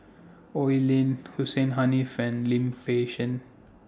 Oi Lin Hussein Haniff and Lim Fei Shen